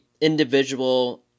individual